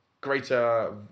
greater